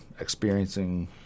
experiencing